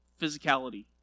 physicality